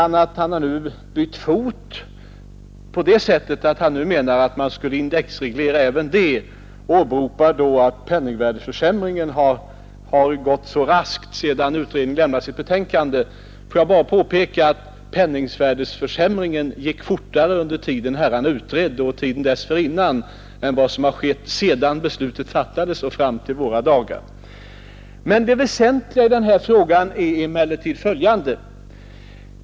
Han har nu bytt fot, säger han, på det sättet att han nu menar att man skulle indexreglera även det stödet och åberopar att penningvärdeförsämringen har gått så raskt sedan utredningen lämnade sitt betänkande. Får jag bara påpeka att penningvärdeförsämringen gick fortare under den tid då herrarna utredde och dessförinnan än den har gjort sedan beslutet fattades och fram till våra dagar. Det väsentliga i den här frågan är emellertid följande.